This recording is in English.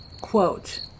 quote